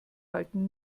halten